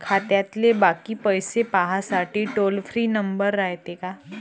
खात्यातले बाकी पैसे पाहासाठी टोल फ्री नंबर रायते का?